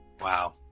Wow